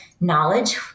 knowledge